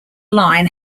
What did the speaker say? line